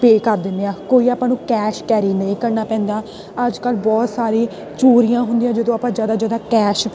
pay ਕਰ ਦਿੰਦੇ ਹਾਂ ਕੋਈ ਆਪਾਂ ਨੂੰ ਕੈਸ਼ ਕੈਰੀ ਨਹੀਂ ਕਰਨਾ ਪੈਂਦਾ ਅੱਜ ਕੱਲ੍ਹ ਬਹੁਤ ਸਾਰੇ ਚੋਰੀਆਂ ਹੁੰਦੀਆਂ ਜਦੋਂ ਆਪਾਂ ਜ਼ਿਆਦਾ ਜ਼ਿਆਦਾ ਕੈਸ਼